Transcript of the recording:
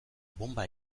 bonba